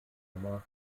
nummer